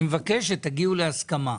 אני מבקש שתגיעו להסכמה.